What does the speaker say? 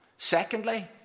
Secondly